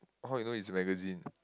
how you know is magazine